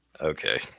Okay